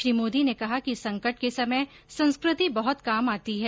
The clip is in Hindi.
श्री मोदी ने कहा कि संकट के समय संस्कृति बहत काम आती है